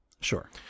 Sure